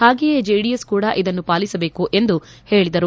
ಹಾಗೆಯೇ ಜೆಡಿಎಸ್ ಕೂಡ ಇದನ್ನು ಪಾಲಿಸಬೇಕು ಎಂದು ಹೇಳಿದರು